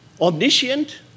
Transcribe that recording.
omniscient